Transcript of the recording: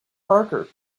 parker